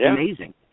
amazing